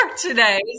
today